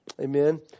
Amen